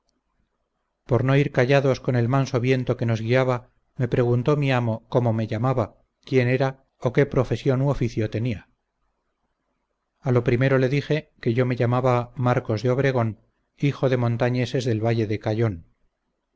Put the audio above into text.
por no ir callados con el manso viento que nos guiaba me preguntó mi amo cómo me llamaba quién era y qué profesión u oficio tenía a lo primero le dije que yo me llamaba marcos de obregón hijo de montañeses del valle de cayon